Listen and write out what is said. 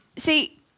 See